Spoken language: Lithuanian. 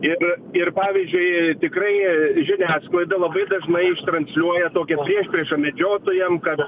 ir ir pavyzdžiui tikrai žiniasklaida labai dažnai ištransliuoja tokią priešpriešą medžiotojam kad